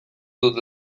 dut